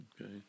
Okay